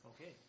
Okay